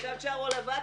עכשיו תישארו לבד.